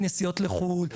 בנסיעות לחול,